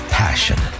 passion